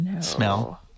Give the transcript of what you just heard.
smell